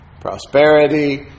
prosperity